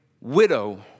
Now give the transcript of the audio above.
widow